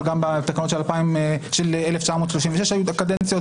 אבל גם בתקנות של 1936 היו קדנציות,